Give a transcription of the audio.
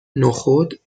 نخود